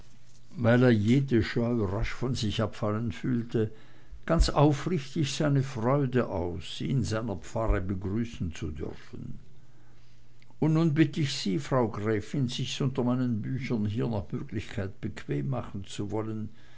weil er jede scheu rasch von sich abfallen fühlte ganz aufrichtig seine freude aus sie in seiner pfarre begrüßen zu dürfen und nun bitt ich sie frau gräfin sich's unter meinen büchern hier nach möglichkeit bequem machen zu wollen